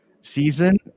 season